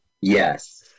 Yes